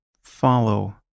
follow